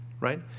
right